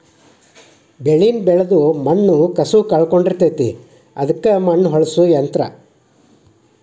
ಬೆಳಿನ ಬೆಳದ ಮಣ್ಣ ಕಸುವ ಕಳಕೊಳಡಿರತತಿ ಅದಕ್ಕ ಮಣ್ಣ ಹೊಳ್ಳಸು ಯಂತ್ರ